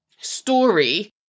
Story